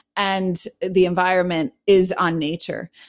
and the environment is on nature.